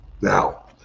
Now